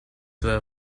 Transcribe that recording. were